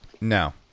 No